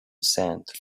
sand